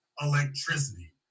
electricity